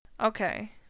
Okay